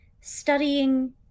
studying